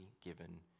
given